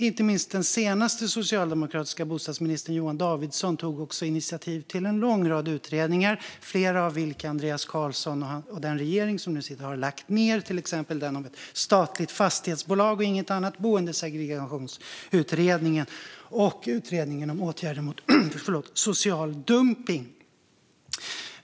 Inte minst den senaste socialdemokratiska bostadsministern Johan Danielsson tog också initiativ till en lång rad utredningar, varav Andreas Carlson och den regering som nu sitter har lagt ned flera, till exempel den om ett statligt fastighetsbolag, Boendesegregationsutredningen och utredningen om åtgärder mot social dumpning.